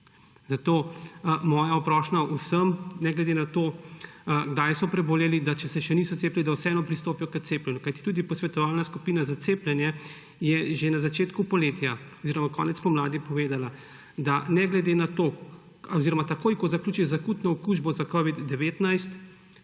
Zato moja prošnja vsem, ne glede na to, kdaj so preboleli, da če se še niso cepili, da vseeno pristopijo k cepljenju, kajti tudi posvetovalna skupina za cepljenje je že na začetku poletja oziroma konec pomladi povedala, da ne glede na to oziroma takoj, ko zaključi z akutno okužbo s covid-19,